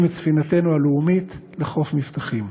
את ספינתנו הלאומית לחוף מבטחים.